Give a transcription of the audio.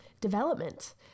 development